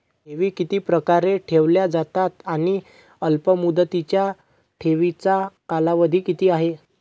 ठेवी किती प्रकारे ठेवल्या जातात आणि अल्पमुदतीच्या ठेवीचा कालावधी किती आहे?